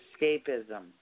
escapism